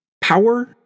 Power